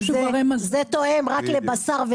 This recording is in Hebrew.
זה תואם רק לבשר.